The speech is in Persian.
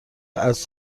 اسب